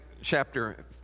chapter